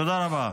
תודה רבה.